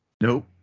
nope